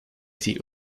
die